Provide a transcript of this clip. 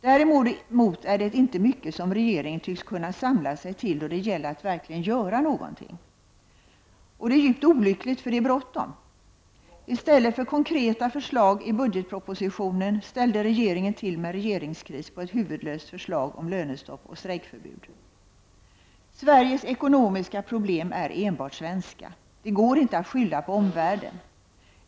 Däremot är det inte mycket som regeringen tycks kunna samla sig till då det gäller att verkligen göra någonting. Och det är djupt olyckligt, för det är bråttom. I stället för konkreta förslag i budgetpropositionen ställde regeringen till med regeringskris på ett huvudlöst förslag om lönestopp och strejkförbud. Sveriges ekonomiska problem är enbart svenska. Det går inte att skylla på omvärlden.